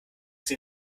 sie